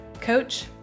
coach